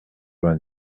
vingt